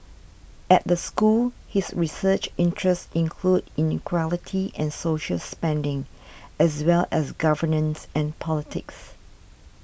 at the school his research interests include inequality and social spending as well as governance and politics